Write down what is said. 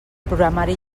programari